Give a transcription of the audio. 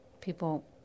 people